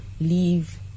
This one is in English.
leave